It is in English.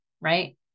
right